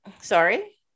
sorry